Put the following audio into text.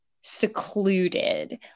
secluded